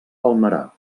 palmerar